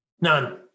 None